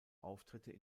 auftritte